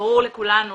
וברור לכולנו